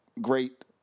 great